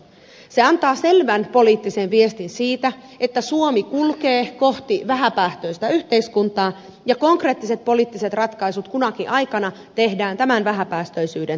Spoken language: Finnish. se antaa selvän poliittisen viestin siitä että suomi kulkee kohti vähäpäästöistä yhteiskuntaa ja konkreettiset poliittiset ratkaisut kunakin aikana tehdään tämän vähäpäästöisyyden tavoitteen mukaisesti